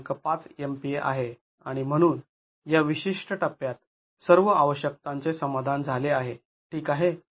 ५ MPa आहे आणि म्हणून या विशिष्ट टप्प्यात सर्व आवश्यकतांचे समाधान झाले आहे ठीक आहे